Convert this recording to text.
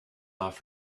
off